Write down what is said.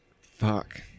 Fuck